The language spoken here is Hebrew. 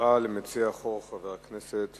תודה למציע החוק, חבר הכנסת